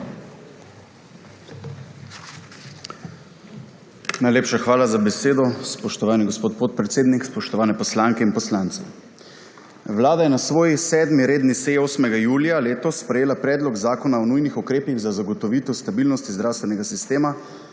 Najlepša hvala za besedo. Spoštovani gospod podpredsednik, spoštovane poslanke in poslanci! Vlada je na svoji 7. redni seji 8. julija letos sprejela Predlog zakona o nujnih ukrepih za zagotovitev stabilnosti zdravstvenega sistema,